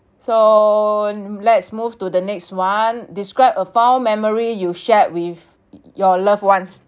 so let's move to the next one describe a fun memory you share with your loved ones